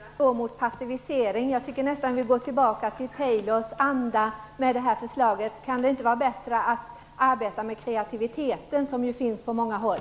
Herr talman! Det tillhör de moderna tiderna att man går mot en passivisering. Jag tycker nästan att vi går tillbaka till Taylors anda med detta förslag. Är det inte bättre att arbeta med den kreativitet som finns på många håll?